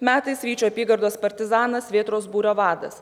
metais vyčio apygardos partizanas vėtros būrio vadas